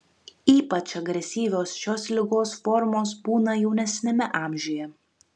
ypač agresyvios šios ligos formos būna jaunesniame amžiuje